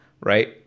Right